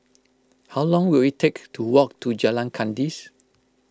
how long will it take to walk to Jalan Kandis